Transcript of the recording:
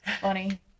Funny